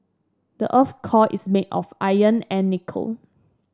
the earth core is made of iron and nickel